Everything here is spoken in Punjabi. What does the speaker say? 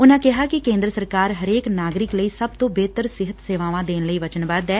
ਉਨੂਾ ਕਿਹਾ ਕਿ ਕੇਂਦਰ ਸਰਕਾਰ ਹਰੇਕ ਨਾਗਰਿਕ ਲਈ ਸਭ ਤੋਂ ਬਿਹਤਰ ਸਿਹਤ ਸੇਵਾਵਾਂ ਦੇਣ ਲਈ ਵਚਨਬੱਧ ਐ